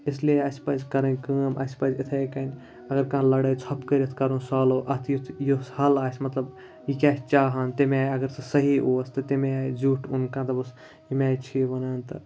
اسلیے اَسہِ پَزِ کَرٕنۍ کٲم اَسہِ پَزِ اِتھَے کٔنۍ اگر کانٛہہ لَڑٲے ژھۄپہٕ کٔرِتھ کرون سالوٗ اَتھ یُتھ یُس حل آسہِ مطلب یہِ کیٛاہ چھِ چاہان تمہِ آے اگر سُہ صحیح اوس تہٕ تمے آے زیُٹھ اوٚن ییٚمہِ آے چھِ یہِ وَنان تہٕ